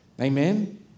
Amen